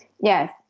yes